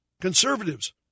Conservatives